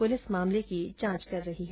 police मामले की जांच कर रही है